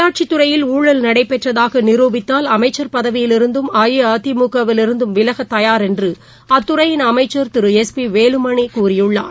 உள்ளாட்சி துறையில் ஊழல் நடைபெற்றதாக நிருபித்தால் அமைச்சர் பதவில் இருந்தும் அஇஅதிமுவில் இருந்தும் விலக தயார் என்று அத்துறையின் அமைச்சர் திரு எஸ் பி வேலுமணி கூறியுள்ளார்